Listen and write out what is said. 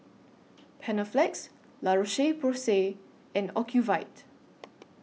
Panaflex La Roche Porsay and Ocuvite